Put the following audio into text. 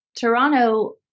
Toronto